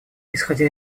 исходя